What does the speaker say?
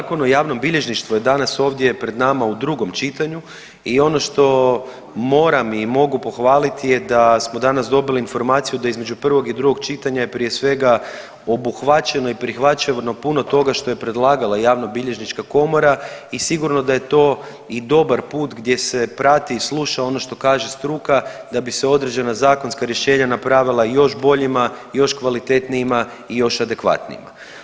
Zakon o javnom bilježništvu je danas ovdje pred nama u drugom čitanju i ono što moram i mogu pohvaliti je da smo danas dobili informaciju da između prvog i drugog čitanja je prije svega obuhvaćeno i prihvaćeno puno toga što je predlagala Javnobilježnička komora i sigurno da je to i dobar put gdje se prati i sluša ono što kaže struka da bi se određena zakonska rješenja napravila još boljima, još kvalitetnijima i još adekvatnijima.